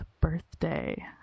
birthday